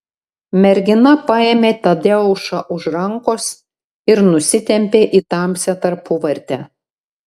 mergina paėmė tadeušą už rankos ir nusitempė į tamsią tarpuvartę